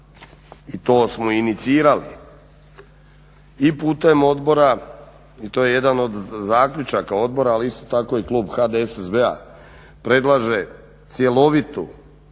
i to smo inicirali i putem odbora i to je jedan od zaključaka odbora, ali isto tako i klub HDSSB-a predlaže cjelovitu,